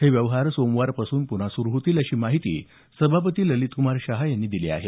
हे व्यवहार सोमवारपासून पुन्हा सुरू होतील अशी माहिती सभापती ललितकुमार शहा यांनी दिली आहे